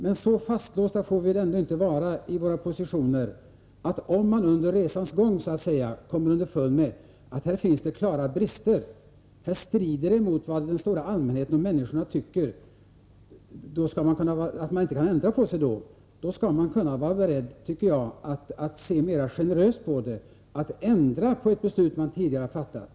Men vi behöver väl inte vara så fastlåsta i våra positioner att vi, om vi så att säga under resans gång kommer underfund med att det finns klara brister i systemet och att det strider mot vad den stora allmänheten tycker, inte skall kunna ändra oss. Då tycker jag att vi skall kunna vara beredda att se mera generöst på det hela och ändra på ett beslut som vi tidigare fattat.